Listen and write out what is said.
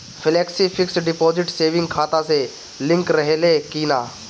Flexi fix deposit saving खाता से link रहले कि ना?